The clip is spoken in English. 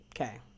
Okay